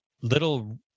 little